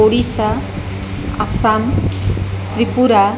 Odisha Assam Tripura